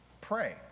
pray